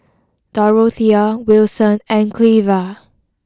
Dorothea Wilson and Cleva